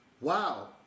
Wow